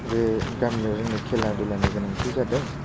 जे गामियाव जोंनो खेला दुलानि गोनांथि जादों